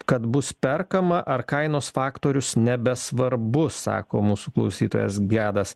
kad bus perkama ar kainos faktorius nebesvarbus sako mūsų klausytojas gedas